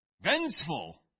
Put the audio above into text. Vengeful